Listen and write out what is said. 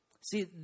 See